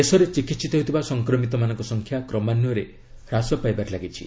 ଦେଶରେ ଚିକିିିତ ହେଉଥିବା ସଂକ୍ରମିତମାନଙ୍କ ସଂଖ୍ୟା କ୍ରମାନୟରେ ହ୍ରାସ ପାଇବାରେ ଲାଗିଛି